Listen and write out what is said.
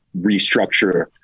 restructure